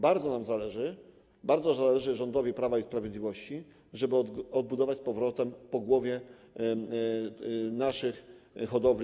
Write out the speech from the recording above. Bardzo nam zależy, bardzo zależy rządowi Prawa i Sprawiedliwości, żeby odbudować z powrotem pogłowie naszych polskich hodowli.